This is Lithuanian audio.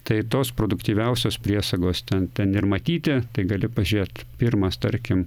tai tos produktyviausios priesagos ten ten ir matyti tai gali pažiūrėt pirmas tarkim